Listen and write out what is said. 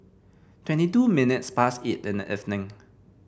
twenty two minutes past eight in the evening